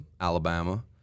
Alabama